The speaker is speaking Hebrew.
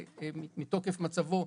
מתוקף מצבו,